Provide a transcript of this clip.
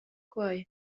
quei